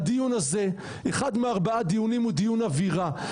הדיון הזה אחד מארבעה דיונים הוא דיון אווירה,